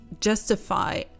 justify